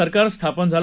सरकारस्थापनझालं